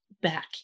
back